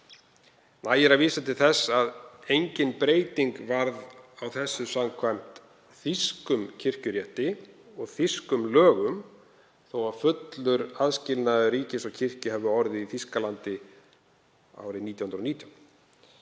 Nægir að vísa til þess að engin breyting varð á þessu samkvæmt þýskum kirkjurétti og þýskum lögum þó að fullur aðskilnaður ríkis og kirkju hafi orðið í Þýskalandi árið 1919.